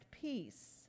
peace